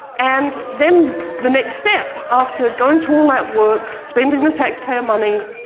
and then the next steps after going through all that work, spending the tax payer money,